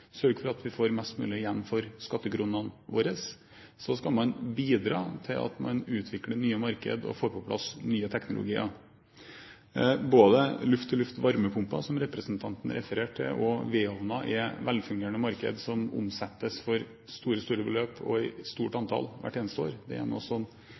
sørge for at vi får mest mulig igjen for skattekronene våre, og så skal de bidra til at man utvikler nye marked og får på plass nye teknologier. Både luft-til-luft varmepumper, som representanten refererte til, og vedovner er velfungerende markeder, og det omsettes for store beløp og i stort